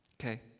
Okay